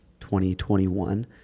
2021